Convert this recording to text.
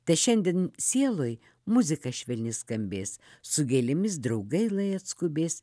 te šiandien sieloj muzika švelni skambės su gėlėmis draugai lai atskubės